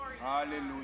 Hallelujah